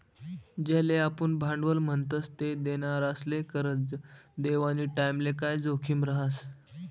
ज्याले आपुन भांडवल म्हणतस ते देनारासले करजं देवानी टाईमले काय जोखीम रहास